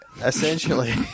essentially